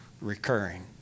recurring